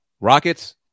rockets